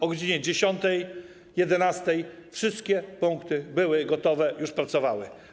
O godz. 10, 11 wszystkie punkty były gotowe, już pracowały.